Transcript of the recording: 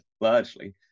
largely